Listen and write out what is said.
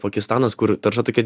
pakistanas kur tarša tokia